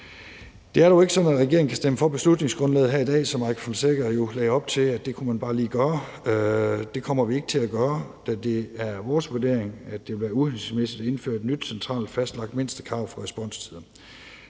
Det er dog ikke sådan, at regeringen kan stemme for beslutningsforslaget her i dag, som Mike Villa Fonseca jo lagde op til at man bare lige kunne gøre. Det kommer vi ikke til at gøre, da det er vores vurdering, at det vil være uhensigtsmæssigt at indføre et nyt, centralt fastlagt mindstekrav for responstider.